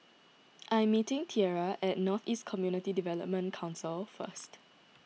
I am meeting Tierra at North East Community Development Council first